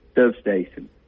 substation